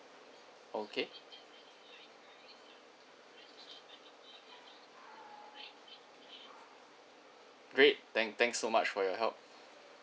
okay great thank thanks so much for your help